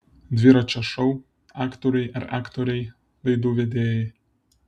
dviračio šou aktoriai ar aktoriai laidų vedėjai